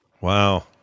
Wow